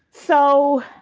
so,